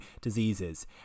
diseases